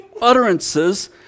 utterances